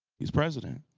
he's president,